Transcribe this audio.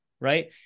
right